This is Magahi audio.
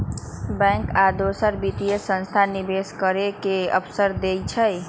बैंक आ दोसर वित्तीय संस्थान निवेश करे के अवसर देई छई